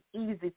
easy